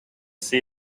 see